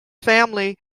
family